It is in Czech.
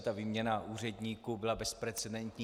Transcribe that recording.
Ta výměna úředníků byla bezprecedentní.